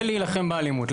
זה להילחם באלימות.